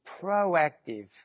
proactive